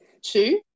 two